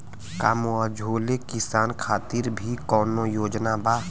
का मझोले किसान खातिर भी कौनो योजना बा?